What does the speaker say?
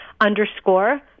Underscore